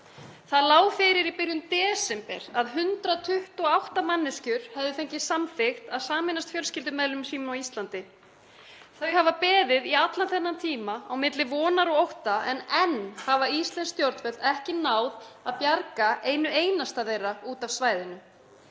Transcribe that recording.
Það lá fyrir í byrjun desember að 128 manneskjur hefðu fengið samþykkt að sameinast fjölskyldumeðlimum sínum á Íslandi. Þau hafa beðið í allan þennan tíma á milli vonar og ótta en enn hafa íslensk stjórnvöld ekki náð að bjarga einu einasta þeirra út af svæðinu.